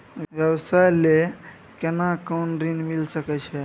व्यवसाय ले केना कोन ऋन मिल सके छै?